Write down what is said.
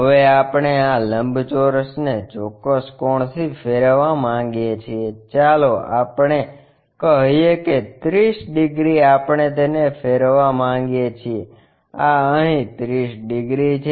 હવે આપણે આ લંબચોરસને ચોક્કસ કોણથી ફેરવવા માંગીએ છીએ ચાલો આપણે કહીએ કે 30 ડિગ્રી આપણે તેને ફેરવવા માંગીએ છીએ આ અહી 30 ડિગ્રી છે